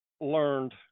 learned